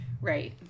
Right